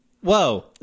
Whoa